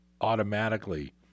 automatically